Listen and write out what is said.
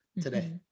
today